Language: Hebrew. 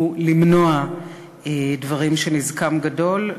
הוא למנוע דברים שנזקם גדול.